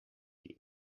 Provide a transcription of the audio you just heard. die